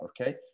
okay